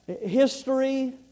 History